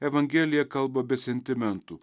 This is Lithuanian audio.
evangelija kalba be sentimentų